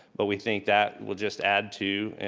but we think that will just add to,